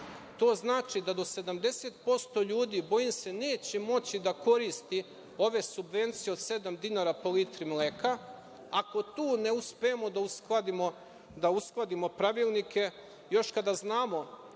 znači da do 70% ljudi, bojim se neće moći da koristi ove subvencije od sedam dinara po litru mleka. Ako tu ne uspemo da uskladimo pravilnike, još kada znamo